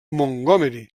montgomery